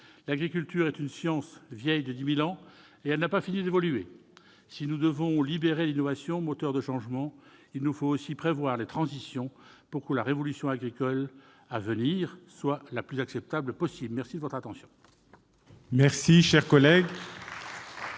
L'agriculture est une science vieille de 10 000 ans, et elle n'a pas fini d'évoluer. Si nous devons libérer l'innovation, moteur de changement, il nous faut aussi prévoir des transitions pour que la révolution agricole à venir soit la plus acceptable possible. La parole est à M. Franck Menonville.